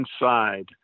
inside